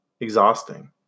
exhausting